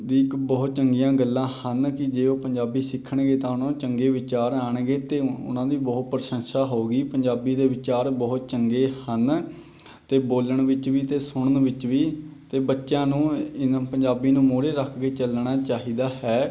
ਦੀ ਇੱਕ ਬਹੁਤ ਚੰਗੀਆਂ ਗੱਲਾਂ ਹਨ ਕਿ ਜੇ ਉਹ ਪੰਜਾਬੀ ਸਿੱਖਣਗੇ ਤਾਂ ਉਹਨਾਂ ਨੂੰ ਚੰਗੇ ਵਿਚਾਰ ਆਉਣਗੇ ਅਤੇ ਉਹਨਾਂ ਦੀ ਬਹੁਤ ਪ੍ਰਸ਼ੰਸਾ ਹੋਊਗੀ ਪੰਜਾਬੀ ਦੇ ਵਿਚਾਰ ਬਹੁਤ ਚੰਗੇ ਹਨ ਅਤੇ ਬੋਲਣ ਵਿੱਚ ਵੀ ਅਤੇ ਸੁਣਨ ਵਿੱਚ ਵੀ ਅਤੇ ਬੱਚਿਆਂ ਨੂੰ ਇਨ੍ਹ ਪੰਜਾਬੀ ਨੂੰ ਮੂਹਰੇ ਰੱਖ ਕੇ ਚੱਲਣਾ ਚਾਹੀਦਾ ਹੈ